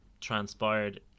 transpired